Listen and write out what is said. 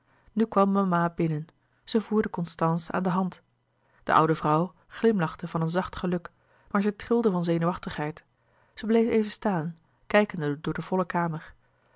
nu kwam mama binnen zij voerde constance aan de hand de oude vrouw glimlachte van een zacht geluk maar zij trilde van zenuwachtigheid zij bleef even staan kijkende door de volle kamer